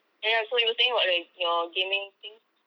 ya ya so you were saying about your gaming thing